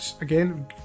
again